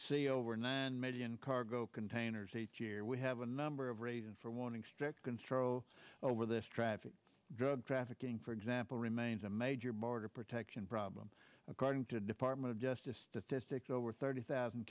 see over nine million cargo containers each year we have a number of reason for wanting strict control over this traffic drug trafficking for example remains a major border protection problem according to the department of justice statistics over thirty thousand